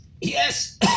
Yes